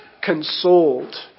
consoled